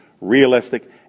realistic